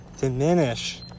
diminish